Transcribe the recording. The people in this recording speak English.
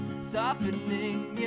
softening